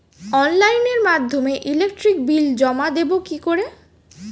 অনলাইনের মাধ্যমে electric bill জমা দেবো কি করে?